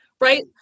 right